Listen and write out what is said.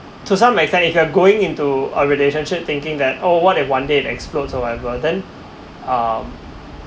to some extent if you are going into a relationship thinking that oh what if one day it explode or whatever then um